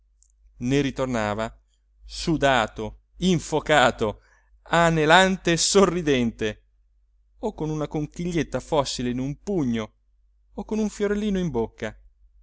ne ritornava sudato infocato anelante e sorridente o con una conchiglietta fossile in un pugno o con un fiorellino in bocca